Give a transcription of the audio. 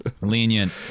Lenient